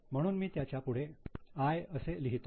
म्हणून मी त्याच्या पुढे 'I' असे लिहितो